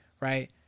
right